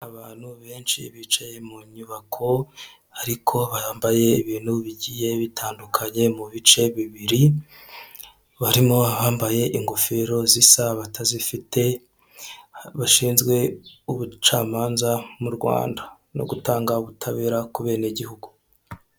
Abantu benshi bicaye mu nyubako ariko bambaye ibintu bigiye bitandukanye, mu bice bibiri barimo abambaye ingofero zisa, abatazifite bashinzwe ubucamanza mu rwanda no gutanga ubutabera kubenegihugu.